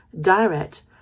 direct